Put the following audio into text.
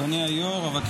אדוני היושב-ראש,